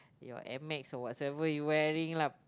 your Amex or whatsoever you wearing lah